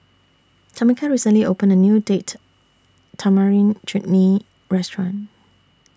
Tamika recently opened A New Date Tamarind Chutney Restaurant